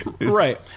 Right